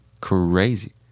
crazy